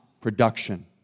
production